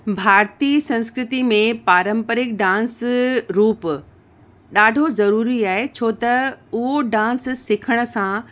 भारतीअ संस्कृति में पारंपरिक डांस रुप ॾाढो ज़रूरी आहे छो त उहो डांस सिखण सां